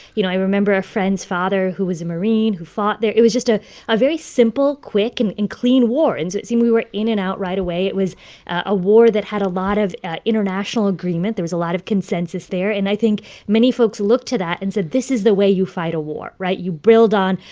you know, i remember a friend's father who was a marine who fought there. it was just a a very simple, quick and clean war. and so it seemed we were in and out right away. it was a war that had a lot of international agreement there was a lot of consensus there. and i think many folks looked to that and said, this is the way you fight a war. right? you build on,